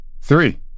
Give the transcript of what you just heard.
Three